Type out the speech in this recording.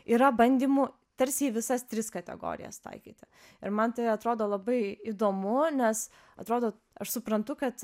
yra bandymų tarsi į visas tris kategorijas taikyti ir man tai atrodo labai įdomu nes atrodo aš suprantu kad